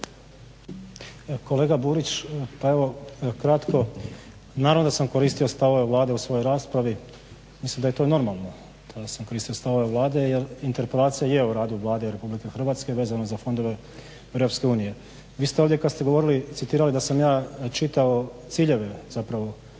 Kolega Burić, pa evo kratko. Naravno da sam koristio stavove Vlade u svojoj raspravi. Mislim da je to normalno da sam koristio stavove Vlade jer interpelacija je o radu Vlade Republike Hrvatske vezano za fondove EU. Vi ste ovdje kad ste govorili citirali da sam ja čitao ciljeve zapravo